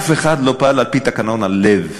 אף אחד לא פעל על-פי תקנון הלב.